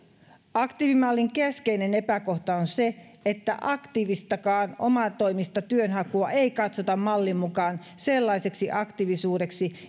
aktiivimallin keskeinen epäkohta on se että aktiivistakaan omatoimista työnhakua ei katsota mallin mukaan sellaiseksi aktiivisuudeksi